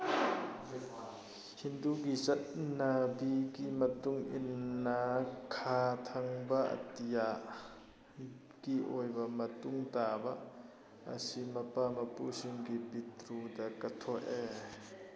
ꯍꯤꯟꯗꯨꯒꯤ ꯆꯠꯅꯕꯤꯒꯤ ꯃꯇꯨꯡ ꯏꯟꯅ ꯈꯥ ꯊꯪꯕ ꯑꯇꯤꯌꯥꯒꯤ ꯑꯣꯏꯕ ꯃꯇꯨꯡ ꯇꯥꯕ ꯑꯁꯤ ꯃꯄꯥ ꯃꯄꯨꯁꯤꯡꯒꯤ ꯄꯤꯇ꯭ꯔꯨꯗ ꯀꯠꯊꯣꯛꯑꯦ